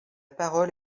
parole